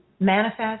manifest